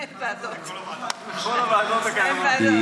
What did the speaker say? כל הוועדות הקיימות.